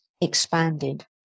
expanded